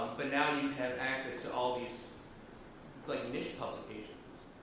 but now you have access to all these like niche publications,